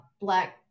Black